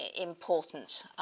important